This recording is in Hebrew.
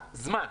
זמן.